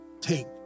take